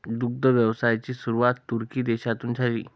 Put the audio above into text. दुग्ध व्यवसायाची सुरुवात तुर्की देशातून झाली